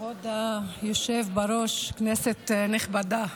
כבוד היושב בראש, כנסת נכבדה,